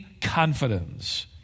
confidence